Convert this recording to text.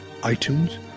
iTunes